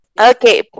Okay